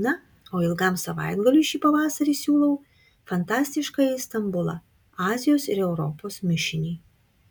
na o ilgam savaitgaliui šį pavasarį siūlau fantastiškąjį stambulą azijos ir europos mišinį